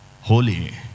holy